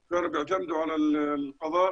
האסלאם, כי לא היה סדר,